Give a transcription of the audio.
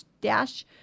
dash